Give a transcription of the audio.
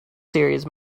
series